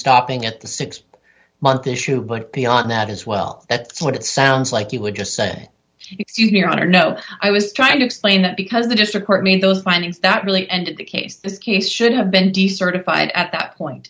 stopping at the six month issue but beyond that as well that's what it sounds like you would just say your honor no i was trying to explain that because the district court mean those findings that really ended the case this case should have been decertified at that point